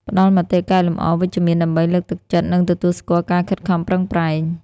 ផ្តល់មតិកែលម្អវិជ្ជមានដើម្បីលើកទឹកចិត្ត និងទទួលស្គាល់ការខិតខំប្រឹងប្រែង។